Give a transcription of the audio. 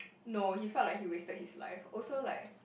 no he sort of like he wasted his life also like